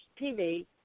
TV